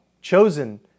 chosen